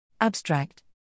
Abstract